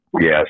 Yes